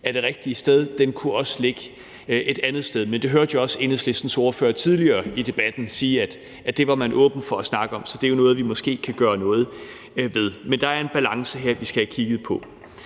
er det rigtige sted. Den kunne også ligge et andet sted. Men det hørte jeg også Enhedslistens ordfører sige tidligere i debatten at man var åben over for at snakke om, så det er noget, vi måske kan gøre noget ved. Men der er en balance her, vi skal have kigget på.